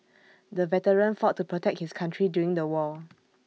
the veteran fought to protect his country during the war